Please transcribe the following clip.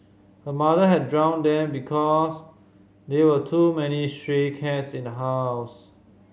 her mother had drowned them because there were too many stray cats in the house